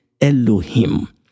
elohim